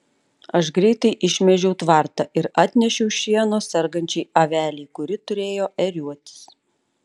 aš greitai išmėžiau tvartą ir atnešiau šieno sergančiai avelei kuri turėjo ėriuotis